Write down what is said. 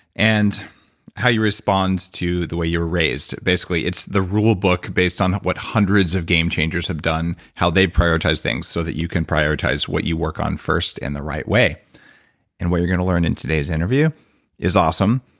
and how you respond to the way you were raised. basically, it's the rule book based on what hundreds of game changers have done, how they prioritized things, so that you can prioritize what you work on first in the right way and what you're going to learn in today's interview is awesome,